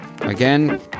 Again